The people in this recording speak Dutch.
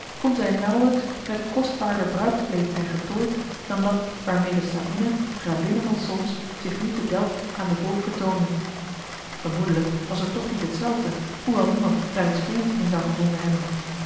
kon zij nauwelijks met kostbaarder bruidskleed zijn getooid dan dat waarmede sabina gravinne van solms zich nu te delft aan den volke vertoonde vermoedelijk was het toch niet hetzelfde hoewel niemand daar iets vreemds in zou gevonden hebben